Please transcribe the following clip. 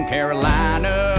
Carolina